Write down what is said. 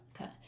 Okay